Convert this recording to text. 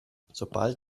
sobald